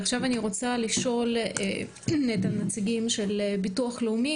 עכשיו אני רוצה לשאול את קצין התקציבים של ביטוח לאומי